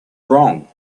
wrong